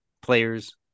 players